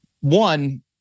One